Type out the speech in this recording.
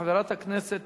חברת הכנסת